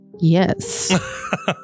yes